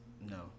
No